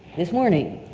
this morning.